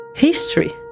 History